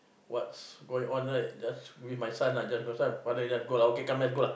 what's going on right just with my son lah so i say son just go lah okay come let's go lah